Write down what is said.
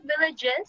villages